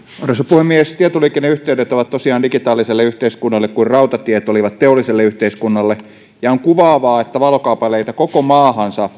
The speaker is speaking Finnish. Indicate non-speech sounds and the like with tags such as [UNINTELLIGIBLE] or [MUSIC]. puhemies tietoliikenneyhteydet ovat tosiaan digitaaliselle yhteiskunnalle kuin rautatiet olivat teolliselle yhteiskunnalle ja on kuvaavaa että valokaapeleita koko maahansa [UNINTELLIGIBLE]